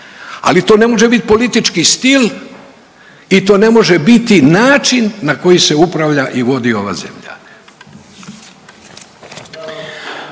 ali to ne može biti politički stil i to ne može biti način na koji se upravlja i vodi ova zemlja.